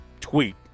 tweet